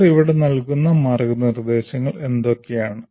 അവർ ഇവിടെ നൽകുന്ന മാർഗ്ഗനിർദ്ദേശങ്ങൾ എന്തൊക്കെയാണ്